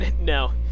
No